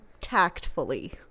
tactfully